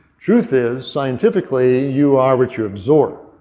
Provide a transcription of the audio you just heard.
truth is scientifically you are what you absorb.